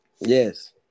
Yes